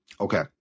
Okay